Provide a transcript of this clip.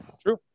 True